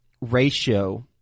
ratio